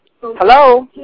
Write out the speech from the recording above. Hello